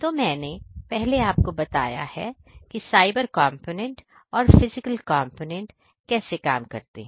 तो मैंने पहले आपको बताया है कि साइबर कॉम्पोनेंट और फिजिकल कॉम्पोनेंट कैसे काम करते हैं